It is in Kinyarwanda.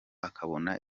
akabona